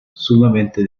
sumamente